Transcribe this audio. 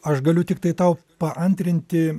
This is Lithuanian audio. aš galiu tiktai tau paantrinti